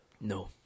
No